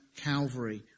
Calvary